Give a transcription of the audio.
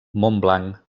montblanc